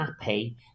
happy